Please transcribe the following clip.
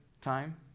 Time